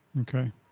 Okay